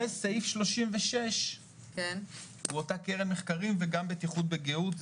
וסעיף 36 הוא אותה קרן מחקרים וגם בטיחות וגיהות,